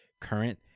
current